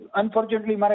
unfortunately